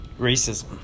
Racism